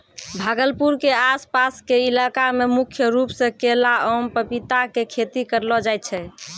भागलपुर के आस पास के इलाका मॅ मुख्य रूप सॅ केला, आम, पपीता के खेती करलो जाय छै